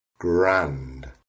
grand